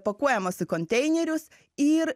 pakuojamos į konteinerius ir